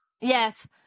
Yes